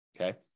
Okay